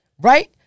Right